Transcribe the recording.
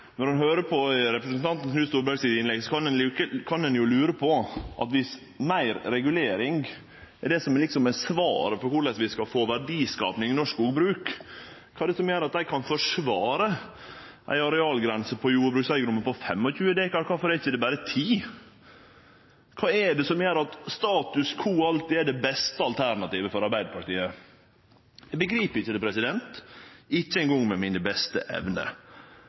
Når ein høyrer på innlegget til representanten Knut Storberget, kan ein jo lure på: Viss meir regulering er det som liksom er svaret på korleis vi skal få verdiskaping i norsk skogbruk, kva er det som gjer at dei kan forsvare ei arealgrense på jordbrukseigedomar på 25 dekar? Kvifor er det ikkje berre 10? Kva er det som gjer at status quo alltid er det beste alternativet for Arbeidarpartiet? Eg begrip det ikkje – ikkje eingong med mine beste evner.